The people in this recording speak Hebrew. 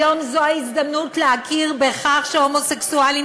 היום זו ההזדמנות להכיר בכך שהומוסקסואלים